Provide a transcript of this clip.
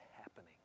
happening